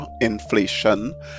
inflation